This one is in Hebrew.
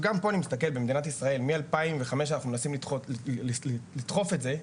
גם פה אני מסתכל ב-2005, אנחנו מנסים לדחוף את זה.